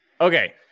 okay